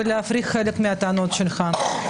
ונפריך חלק מהטענות שלך.